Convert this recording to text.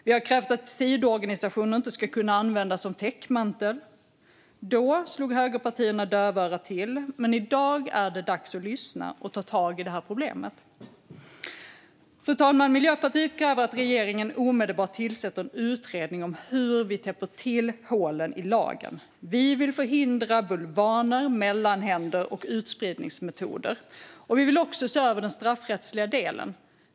Vi krävde också att sidoorganisationer inte ska kunna användas som täckmantel. Då slog högerpartierna dövörat till, men i dag är det dags att lyssna och ta tag i det här problemet. Fru talman! Miljöpartiet kräver att regeringen omedelbart tillsätter en utredning om hur vi täpper till hålen i lagen. Vi vill förhindra bulvaner, mellanhänder och utspridningsmetoder, och vi vill även se över den straffrättsliga delen.